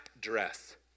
dress